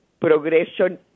progression